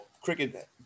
cricket